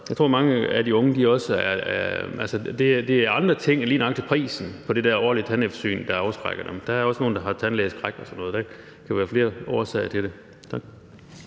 at for mange af de unge er det også andre ting end lige nøjagtig prisen på det der årlige tandeftersyn, der afskrækker dem. Der er også nogle, der har tandlægeskræk og sådan noget. Der kan være flere årsager til det.